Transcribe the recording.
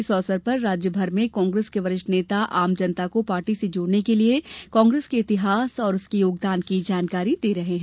इस अवसर पर राज्य भर में कांग्रेस के वरिष्ठ नेता आम जनता को पार्टी से जोड़ने के लिए कांग्रेस के इतिहास और उसके योगदान की जानकारी दे रहे हैं